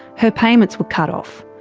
her payments were cut off.